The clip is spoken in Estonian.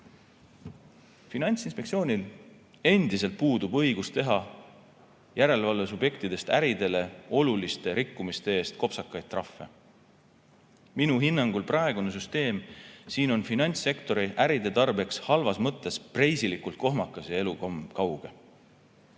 Finantsinspektsioonil puudub endiselt õigus teha järelevalvesubjektidest äridele oluliste rikkumiste eest kopsakaid trahve. Minu hinnangul on praegune süsteem finantssektori äride tarbeks halvas mõttes preisilikult kohmakas ja elukauge.